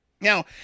Now